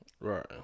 Right